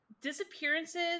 Disappearances